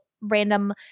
random